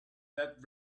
that